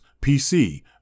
PC